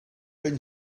been